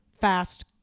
fast